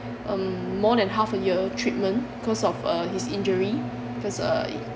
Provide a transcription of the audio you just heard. um more than half a year treatment because of uh his injury because uh